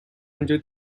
under